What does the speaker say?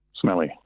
smelly